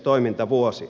toimintavuosi